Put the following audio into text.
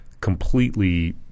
completely